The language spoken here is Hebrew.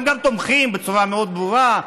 הם גם תומכים בצורה מאוד ברורה,